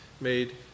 made